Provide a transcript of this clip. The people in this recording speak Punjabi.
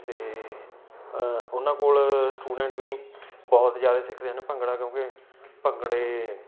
ਅਤੇ ਉਹਨਾਂ ਕੋਲ ਸਟੂਡੈਂਟ ਵੀ ਬਹੁਤ ਜ਼ਿਆਦਾ ਸਿੱਖਦੇ ਹਨ ਭੰਗੜਾ ਕਿਉਂਕਿ ਭੰਗੜੇ